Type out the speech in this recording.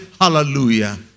hallelujah